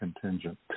contingent